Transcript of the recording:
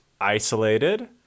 isolated